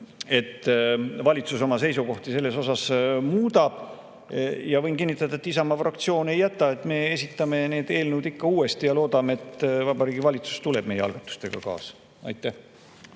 et valitsus oma seisukohti muudab. Ja ma võin kinnitada, et Isamaa fraktsioon ei jäta: me esitame need eelnõud uuesti ja loodame, et Vabariigi Valitsus tuleb meie algatustega kaasa. Aitäh!